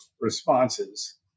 responses